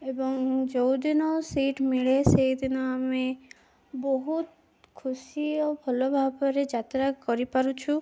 ଏବଂ ଯେଉଁଦିନ ସିଟ୍ ମିଳେ ସେଇଦିନ ଆମେ ବହୁତ ଖୁସି ଓ ଭଲ ଭାବରେ ଯାତ୍ରା କରିପାରୁଛୁ